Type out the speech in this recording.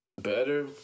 better